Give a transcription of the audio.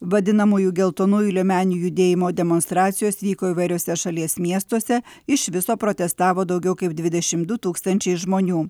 vadinamųjų geltonųjų liemenių judėjimo demonstracijos vyko įvairiuose šalies miestuose iš viso protestavo daugiau kaip dvidešim du tūkstančiai žmonių